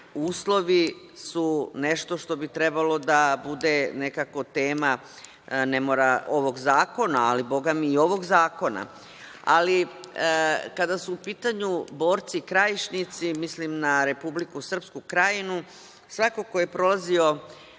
uslovi su nešto što bi trebalo da bude nekako tema, ne mora ovog zakona, ali bogami i ovog zakona. Kada su u pitanju borci Krajišnici, mislim na Republiku Srpsku Krajinu, svako ko je prolazio